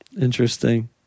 interesting